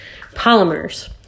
polymers